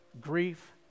grief